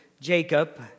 Jacob